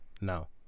Now